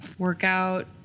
workout